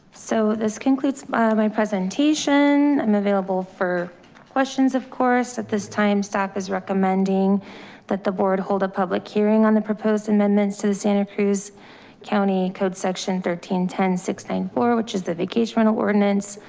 so this concludes my presentation. i'm available for questions. of course, at this time, staff is recommending that the board hold a public hearing on the proposed amendments to the santa cruz county code section thirteen, ten six nine four, which is the vacation rental ordinance,